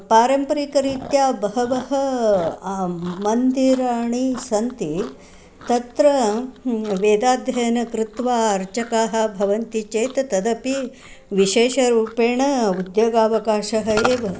पारम्परिकरीत्या बहवः मन्दिराणि सन्ति तत्र वेदाध्ययन कृत्वा अर्चकाः भवन्ति चेत् तदपि विशेषरूपेण उद्योगावकाशः एव